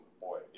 boy